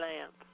lamp